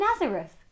Nazareth